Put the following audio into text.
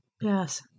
Yes